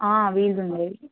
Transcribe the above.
wheels ఉండేవి